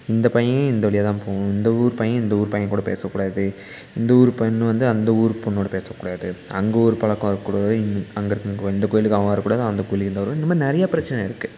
இந்த பையன் இந்த வழியா தான் போகணும் இந்த ஊர் பையன் இந்த ஊர் பையன் கூட பேசக்கூடாது இந்த ஊர் பெண் வந்து அந்த ஊர் பெண்ணோட பேசக்கூடாது அங்கே ஊர் பழக்கம் இருக்கக்கூடாது இங் அங்கே இருக்கற வந்த கோயிலுக்கு அவன் வரக்கூடாது அந்த கோயிலுக்கு இங்கே வர இந்த மாதிரி நிறைய பிரச்சனை இருக்குது